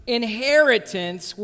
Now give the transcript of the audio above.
inheritance